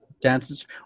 dances